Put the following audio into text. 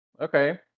Okay